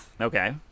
Okay